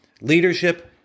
leadership